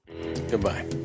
Goodbye